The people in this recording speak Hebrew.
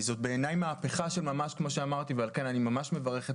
בעיניי זו מהפכה של ממש ועל כן אני ממש מברך את